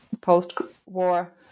post-war